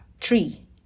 three